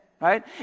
right